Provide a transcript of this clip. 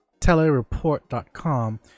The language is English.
Telereport.com